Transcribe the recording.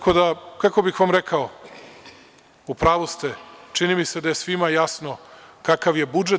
Kako bih vam rekao, u pravu ste, čini mi se da je svima jasno kakav je budžet.